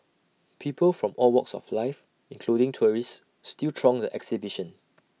people from all walks of life including tourists still throng the exhibition